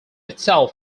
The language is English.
itself